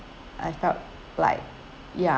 I felt like ya